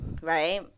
Right